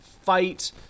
fight